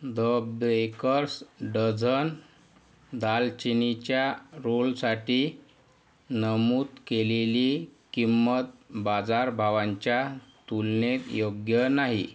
the baker's dozen दालचिनीच्या रोलसाठी नमूद केलेली किंमत बाजारभावांच्या तुलनेत योग्य नाही